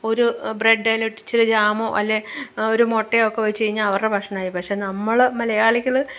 ഒരു ബ്രഡേലോട്ട് ഇച്ചിരി ജാമോ അല്ലേ ഒരു മുട്ടയോ ഒക്കെ വെച്ചു കഴിഞ്ഞാൽ അവരുടെ ഭക്ഷണമായി പക്ഷെ നമ്മൾ മലയാളികൾ